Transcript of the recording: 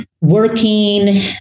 working